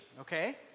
okay